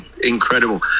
incredible